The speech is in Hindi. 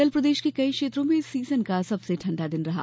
कल प्रदेश के कई क्षेत्रों में इस सीजन का सबसे ठंडा दिन रहा